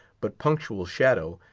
but punctual shadow,